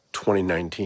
2019